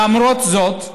למרות זאת,